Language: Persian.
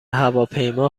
هواپیما